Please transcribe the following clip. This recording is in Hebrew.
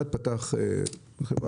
אחד פתח חברה,